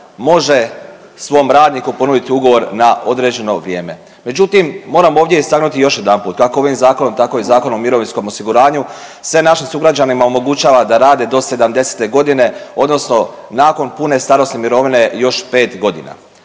može svom radniku ponuditi ugovor na određeno vrijeme. Međutim, mora ovdje istaknuti još jedanput kako ovim zakonom, tako i Zakonom o mirovinskom osiguranju se našim sugrađanima omogućava da rade do 70-te godine, odnosno nakon pune starosne mirovine još 5 godina